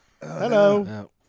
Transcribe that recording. Hello